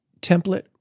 template